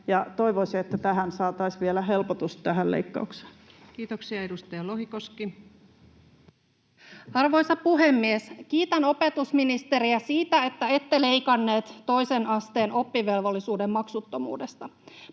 leikkaukseen saataisiin vielä helpotus. Kiitoksia. — Edustaja Lohikoski. Arvoisa puhemies! Kiitän opetusministeriä siitä, että ette leikanneet toisen asteen oppivelvollisuuden maksuttomuudesta,